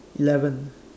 eleven